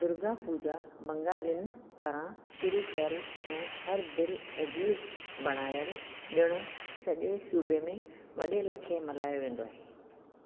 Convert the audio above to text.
दुर्गा पूॼा बंगालिनि पारां शुरू कयलु ऐं हर दिलि अज़ीज़ु बणायलु ॾिणु सॼे सूबे में वॾे लेखे मल्हायो वेंदो आहे